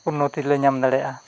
ᱩᱱᱱᱚᱛᱤ ᱞᱮ ᱧᱟᱢ ᱫᱟᱲᱮᱭᱟᱜᱼᱟ